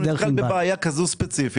הנה הוא מספר שהוא נתקל בבעיה כזו ספציפית.